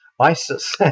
ISIS